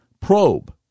Probe